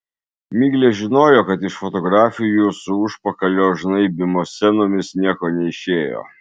miglė žinojo kad iš fotografijų su užpakalio žnaibymo scenomis nieko neišėjo